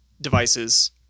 devices